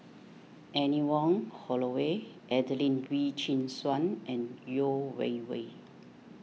Anne Wong Holloway Adelene Wee Chin Suan and Yeo Wei Wei